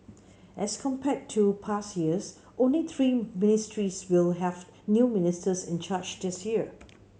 as compared to past years only three ministries will have new ministers in charge this year